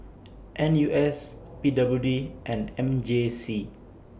N U S P W D and M J C